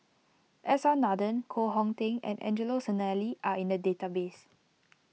S R Nathan Koh Hong Teng and Angelo Sanelli are in the database